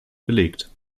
belegt